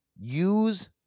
Use